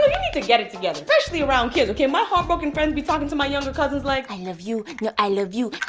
to get it together, especially around kids, okay? my heart-broken friends be talking to my younger cousins like, i love you. no, i love you.